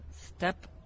step